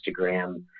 instagram